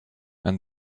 and